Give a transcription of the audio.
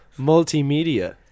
Multimedia